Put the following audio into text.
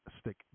Stick